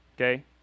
okay